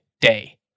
day